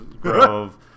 Grove